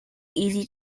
easy